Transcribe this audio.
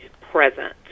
present